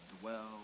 dwell